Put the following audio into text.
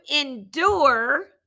endure